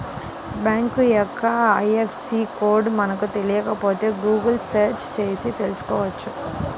bank యొక్క IFSC code మనకు తెలియకపోతే గుగుల్ సెర్చ్ చేసి తెల్సుకోవచ్చు